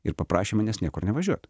ir paprašė manęs niekur nevažiuot